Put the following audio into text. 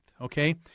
Okay